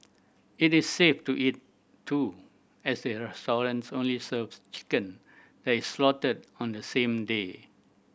it is safe to eat too as the restaurants only serves chicken that is slaughtered on the same day